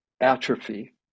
atrophy